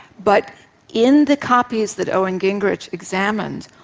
but in the copies that owen gingerich examined,